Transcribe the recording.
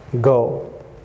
go